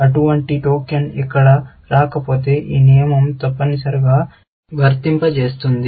అటువంటి టోకెన్ ఇక్కడ రాకపోతే ఈ నియమం తప్పనిసరిగా వర్తింపజేస్తుంది